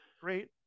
great